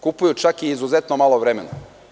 Kupuju čak i izuzetno malo vremena.